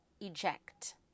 Eject